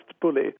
bully